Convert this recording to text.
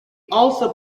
also